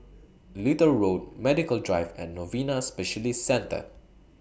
Little Road Medical Drive and Novena Specialist Centre